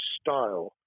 style